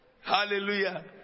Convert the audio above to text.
Hallelujah